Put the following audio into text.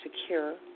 secure